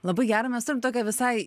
labai gera mes turim tokią visai